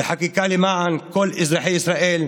וחקיקה למען כל אזרחי ישראל,